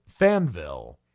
Fanville